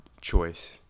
choice